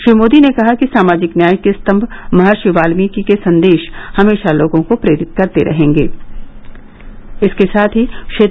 श्री मोदी ने कहा कि सामाजिक न्याय के स्तभ महर्षि वाल्मिकि के संदेश हमेशा लोगों को प्रेरित करते रहेंगे